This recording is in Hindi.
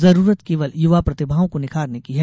जरूरत केवल युवा प्रतिभाओं को निखारने की है